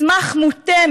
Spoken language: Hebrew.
מסמך מוטה,